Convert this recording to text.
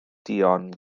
duon